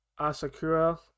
Asakura